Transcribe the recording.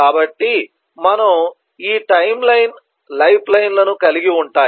కాబట్టి మనము ఈ టైమ్లైన్ లైఫ్లైన్లను కలిగి ఉంటాయి